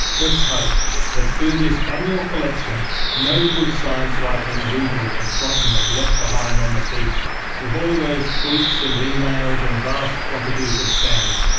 let's hope that through this annual collection no good science writing will be forgotten and left behind on the beach with all those tweets and emails and vast quantities of sand.